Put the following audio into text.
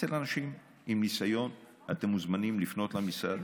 אצל אנשים עם ניסיון, אתם מוזמנים לפנות למשרד,